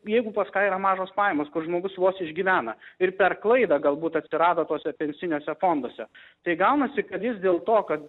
jeigu pas ką yra mažos pajamos kur žmogus vos išgyvena ir per klaidą galbūt atsirado tuose pensiniuose fonduose tai gaunasi kad jis dėl to kad